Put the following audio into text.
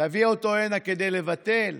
תביא אותו הנה כדי לבטל?